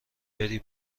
بری